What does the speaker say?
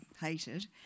hated